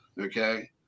Okay